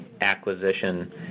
acquisition